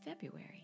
February